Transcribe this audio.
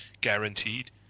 guaranteed